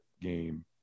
game